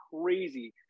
crazy